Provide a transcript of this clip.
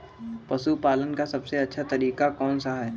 पशु पालन का सबसे अच्छा तरीका कौन सा हैँ?